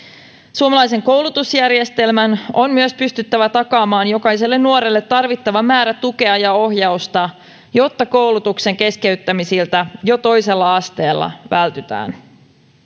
suomalaisen koulutusjärjestelmän on myös pystyttävä takaamaan jokaiselle nuorelle tarvittava määrä tukea ja ohjausta jotta koulutuksen keskeyttämisiltä jo toisella asteella vältytään